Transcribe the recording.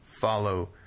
follow